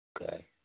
Okay